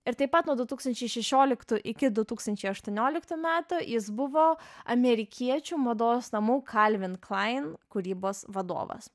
ir taip pat nuo du tūkstančiai šešioliktų iki du tūkstančiai aštuonioliktų metų jis buvo amerikiečių mados namų kalvin klain kūrybos vadovas